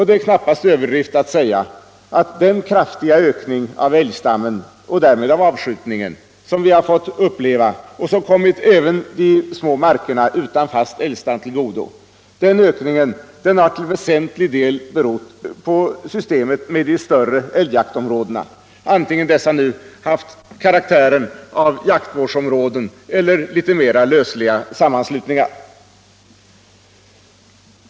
Det är knappast en överdrift att säga, att den kraftiga ökning av älgstammen och därmed avskjutningen som vi har fått uppleva och som har kommit även de små markerna utan fast älgstam till godo till väsentlig del har berott på systemet med de större älgjaktområdena, antingen dessa nu haft karaktär av jaktvårdsområden eller varit litet mer lösliga sammanslutningar.